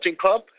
Club